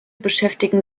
beschäftigen